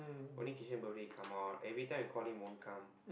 only kishan birthday come out every time we call him won't come